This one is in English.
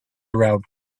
around